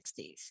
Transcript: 60s